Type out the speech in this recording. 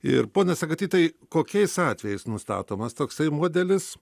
ir pone sagaty tai kokiais atvejais nustatomas toksai modelis